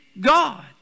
God